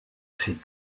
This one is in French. ses